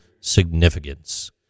significance